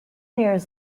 years